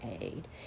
aid